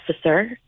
officer